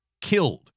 killed